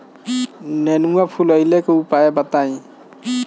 नेनुआ फुलईले के उपाय बताईं?